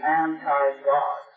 anti-God